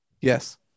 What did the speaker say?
yes